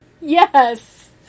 Yes